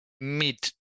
Mid